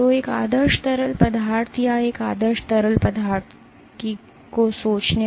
तो एक आदर्श तरल पदार्थ या एक आदर्श तरल पदार्थ की सोचें